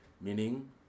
meaning